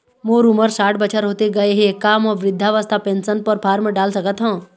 मोर उमर साठ बछर होथे गए हे का म वृद्धावस्था पेंशन पर फार्म डाल सकत हंव?